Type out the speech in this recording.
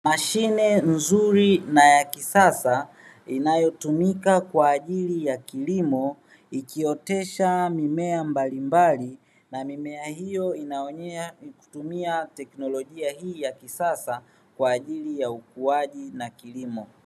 Mashine nzuri na ya kisasa inayotumika kwa ajili ya kilimo ikiotesha mimea mbalimbali, na mimea hiyo inaonyea kwa kutumia teknolojia hii ya kisasa kwa ajili ya ukuaji na kilimo.